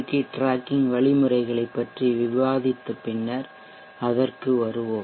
D tracking வழிமுறைகளைப் பற்றி விவாதித்தபின் பின்னர் அதற்கு வருவோம்